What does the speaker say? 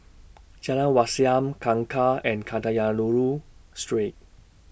Jalan Wat Siam Kangkar and Kadayanallur Street